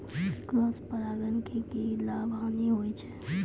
Cross परागण के की लाभ, हानि होय छै?